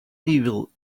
evil